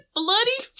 bloody